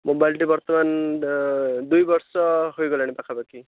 ମୋବାଇଲଟି ବର୍ତ୍ତମାନ ଦୁଇ ବର୍ଷ ହୋଇଗଲାଣି ପାଖାପାଖି